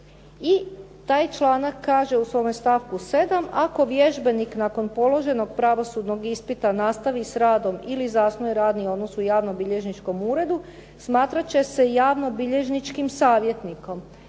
i taj članak kaže u svome stavku 7. ako vježbenik nakon položenog pravosudnog ispita nastavi s radom ili zasnuje radni odnos u javnobilježničkom uredu, smatrat će se javnobilježničkim savjetnikom.